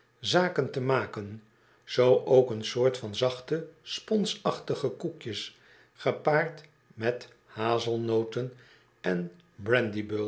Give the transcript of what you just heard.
zaken te maken zoo ook een soort van zachte sponsachtige koekjes gepaard met hazelnoten en